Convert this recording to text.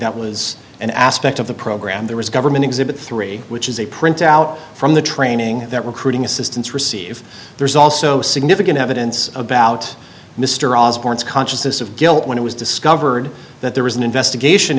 that was an aspect of the program there was government exhibit three which is a printout from the training that recruiting assistance received there is also significant evidence about mr osborne's consciousness of guilt when it was discovered that there was an investigation